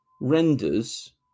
renders